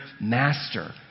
master